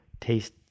taste